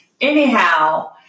anyhow